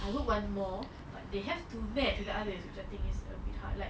I got one more but they have to match with the other the thing is that's a bit hard